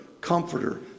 comforter